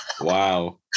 Wow